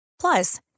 Plus